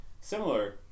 Similar